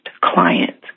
client